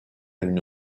une